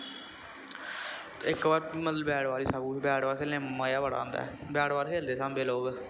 इक बार मतलब बैट बाल ई सब कुछ बाल खेलने च मज़ा बड़ा आंदा ऐ बाल खेलदे सांबे दे लोग